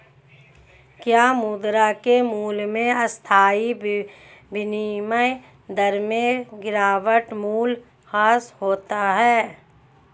क्या मुद्रा के मूल्य में अस्थायी विनिमय दर में गिरावट मूल्यह्रास होता है?